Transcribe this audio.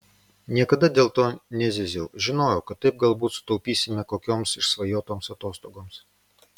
niekada dėl to nezyziau žinojau kad taip galbūt sutaupysime kokioms išsvajotoms atostogoms